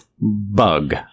Bug